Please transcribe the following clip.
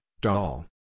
doll